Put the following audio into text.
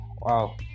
wow